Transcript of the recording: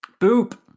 Boop